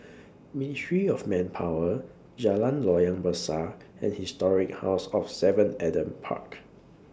Ministry of Manpower Jalan Loyang Besar and Historic House of seven Adam Park